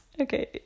Okay